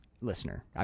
Listener